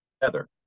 together